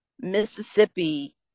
Mississippi